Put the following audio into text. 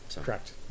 Correct